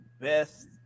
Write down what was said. best